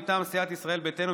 מטעם סיעת ישראל ביתנו,